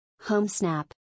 HomeSnap